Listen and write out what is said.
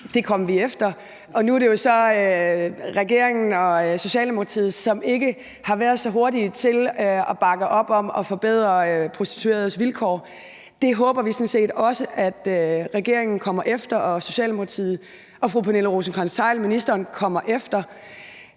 Det kom vi efter, og nu er det så regeringen og Socialdemokratiet, som ikke har været så hurtige til at bakke op om at forbedre prostitueredes vilkår. Det håber vi sådan set også regeringen og social- og boligministeren kommer efter.